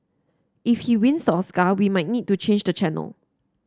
if he wins the Oscar we might need to change the channel